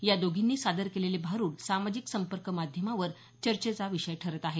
या दोघींनी सादर केलेले भारूड सामाजिक संपर्क माध्यमावर चर्चेचा विषय ठरत आहे